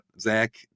Zach